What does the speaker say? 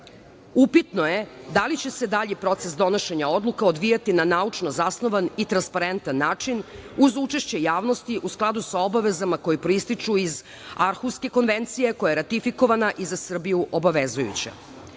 upitno je da li će se dalji proces donošenja odluka odvijati na naučno zasnovanom i transparentan način uz učešće javnosti u skladu sa obavezama koje proističu iz Arhunska konvencija koja je ratifikovana i za Srbiju obavezujuća. Država